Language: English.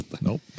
nope